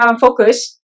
focus